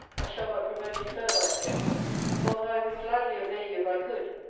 i shall but provoke you farther, i fear for although i would gladly obey you if i could,